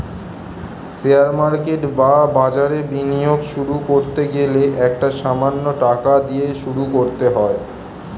share market বা বাজারে বিনিয়োগ শুরু করতে গেলে একটা সামান্য টাকা দিয়ে শুরু করতে হয়